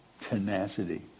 tenacity